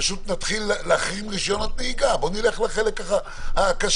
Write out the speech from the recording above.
פשוט נתחיל להחרים רישיונות נהיגה בוא נלך לחלק הקשה.